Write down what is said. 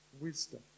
Wisdom